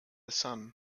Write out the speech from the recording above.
son